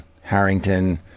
harrington